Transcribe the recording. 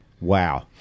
wow